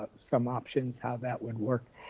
some options how that would work.